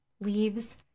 leaves